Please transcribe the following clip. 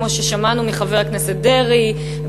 כמו ששמענו מחבר הכנסת דרעי,